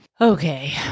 Okay